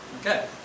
Okay